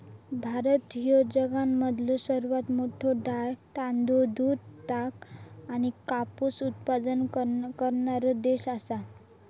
भारत ह्यो जगामधलो सर्वात मोठा डाळी, तांदूळ, दूध, ताग आणि कापूस उत्पादक करणारो देश आसा